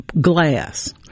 glass